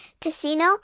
casino